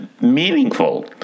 meaningful